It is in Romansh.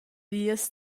vias